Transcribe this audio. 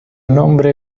nombre